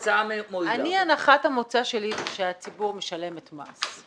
הנחת המוצא שלי היא שהציבור משלמת מס.